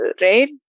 right